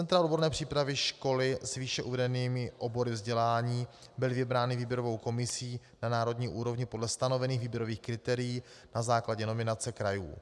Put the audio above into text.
Centra odborné přípravy školy s výše uvedenými obory vzdělání byly vybrány výběrovou komisí na národní úrovni podle stanovených výběrových kritérií na základě nominace krajů.